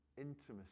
intimacy